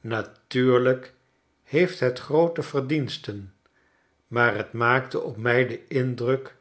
natuurlijk heeft het groote verdiensten maar het maakte op mij den indruk